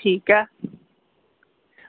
ठीक ऐ